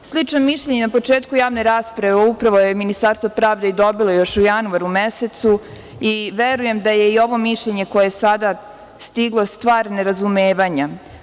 Slično mišljenje na početku javne rasprave upravo je Ministarstvo pravde i dobilo još u januaru mesecu i verujem da je i ovo mišljenje koje je sada stiglo stvar nerazumevanja.